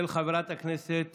של חברת הכנסת